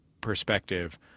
perspective